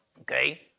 okay